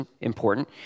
important